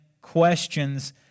questions